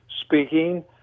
speaking